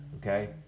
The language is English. okay